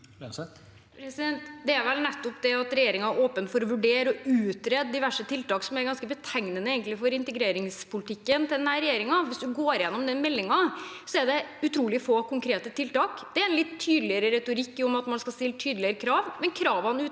Nettopp det at regjeringen er åpen for å vurdere og utrede diverse tiltak, er vel egentlig ganske betegnende for integreringspolitikken til denne regjeringen. Hvis man går gjennom den meldingen, er det utrolig få konkrete tiltak. Det er en litt tydeligere retorikk om at man skal stille tydeligere krav, men kravene uteblir,